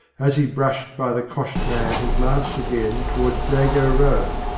as he brushed by the coshed man he glanced again toward jago row,